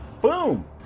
boom